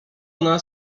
nas